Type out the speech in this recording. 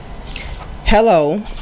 Hello